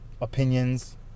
opinions